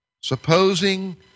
Supposing